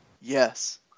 Yes